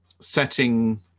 setting